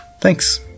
Thanks